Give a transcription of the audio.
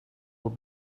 will